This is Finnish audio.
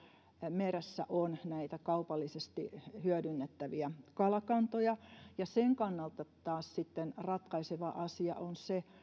meressä on näitä kaupallisesti hyödynnettäviä kalakantoja ja sen kannalta taas sitten ratkaiseva asia on se